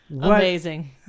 Amazing